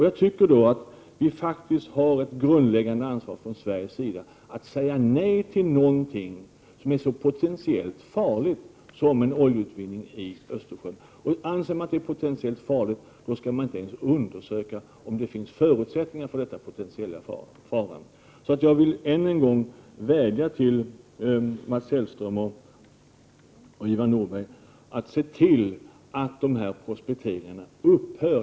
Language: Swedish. Jag tycker att vi faktiskt har ett grundläggande ansvar ifrån Sveriges sida att säga nej till någonting som är så potentiellt farligt som en oljeutvinning i Östersjön. Anser man att det är potentiellt farligt skall man inte ens undersöka om det finns förutsättningar. Jag vill än en gång vädja till Mats Hellström och Ivar Nordberg att se till att prospekteringarna upphör.